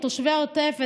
או תושבי העוטף ישירו,